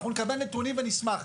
אנחנו נקבל נתונים ונשמח.